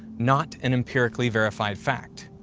not an empirically verified fact.